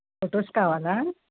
photos కావాల